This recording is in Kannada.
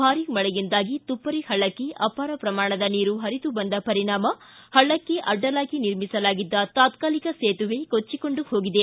ಭಾರಿ ಮಳೆಯಿಂದಾಗಿ ತುಪ್ಪರಿ ಪಳ್ಳಕ್ಕೆ ಅಪಾರ ಪ್ರಮಾಣದ ನೀರು ಪರಿದು ಬಂದ ಪರಿಣಾಮ ಪಳ್ಳಕ್ಕೆ ಅಡ್ವಲಾಗಿ ನಿರ್ಮಿಸಲಾಗಿದ್ದ ತಾತ್ಕಾಲಿಕ ಸೇತುವೆ ಕೊಚ್ಚಿಕೊಂಡು ಹೋಗಿದೆ